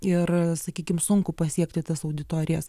ir sakykim sunku pasiekti tas auditorijas